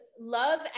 love